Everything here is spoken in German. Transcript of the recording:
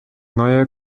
neue